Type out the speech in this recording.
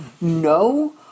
No